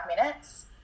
minutes